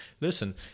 listen